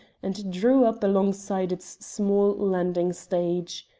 and drew up alongside its small landing-stage.